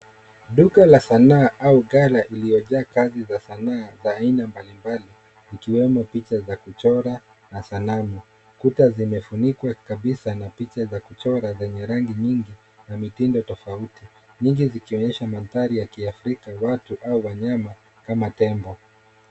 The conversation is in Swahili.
Duka la sanaa au ghala iliyojaa kazi za sanaa za aina mbalimbali. Zikiwemo picha za kuchora na sanamu. Kuta zimefunikwa kabisa na picha za kuchora zenye rangi nyingi na mitindo tofauti. Nyingi zikionyesha mandhari ya Kiafrika, watu au wanyama kama tembo.